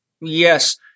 Yes